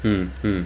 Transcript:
mm mm